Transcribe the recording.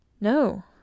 No